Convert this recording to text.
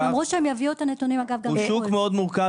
הם אמרו שהם יביאו את הנתונים --- הוא שוק מאוד מורכב,